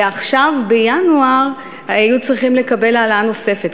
ועכשיו בינואר היו צריכות לקבל העלאה נוספת,